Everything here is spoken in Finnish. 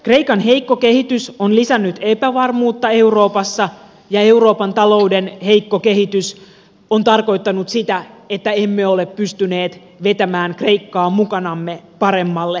kreikan heikko kehitys on lisännyt epävarmuutta euroopassa ja euroopan talouden heikko kehitys on tarkoittanut sitä että emme ole pystyneet vetämään kreikkaa mukanamme paremmalle uralle